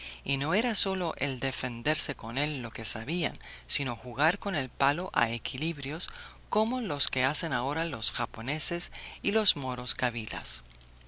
y no era sólo el defenderse con él lo que sabían sino jugar con el palo a equilibrios como los que hacen ahora los japoneses y los moros kabilas